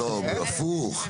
הפוך.